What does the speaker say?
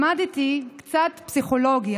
למדתי קצת פסיכולוגיה,